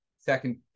second